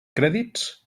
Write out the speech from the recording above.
crèdits